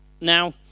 now